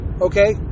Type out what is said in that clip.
Okay